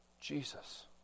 Jesus